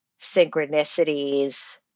synchronicities